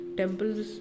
temples